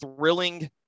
thrilling